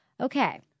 Okay